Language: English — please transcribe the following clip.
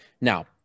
Now